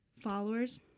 followers